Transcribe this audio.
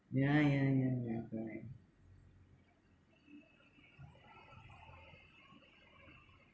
yeah yeah yeah yeah correct